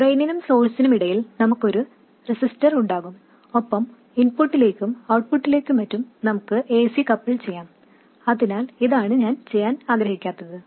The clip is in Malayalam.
ഡ്രെയിനിനും സോഴ്സിനും ഇടയിൽ നമുക്ക് ഒരു റെസിസ്റ്റർ ഉണ്ടാകും ഒപ്പം ഇൻപുട്ടിലേക്കും ഔട്ട്പുട്ടിലേക്കും മറ്റും നമുക്ക് ac കപ്പിൾ ചെയ്യാം അതിനാൽ ഇതാണ് ഞാൻ ചെയ്യാൻ ആഗ്രഹിക്കാത്തത്